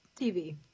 TV